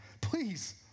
Please